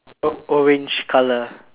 oh orange colour